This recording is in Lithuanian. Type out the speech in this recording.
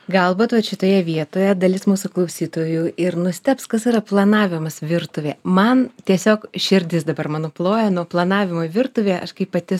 galbūt vat šitoje vietoje dalis mūsų klausytojų ir nustebs kas yra planavimas virtuvėj man tiesiog širdis dabar mano ploja nuo planavimo virtuvėje aš kaip pati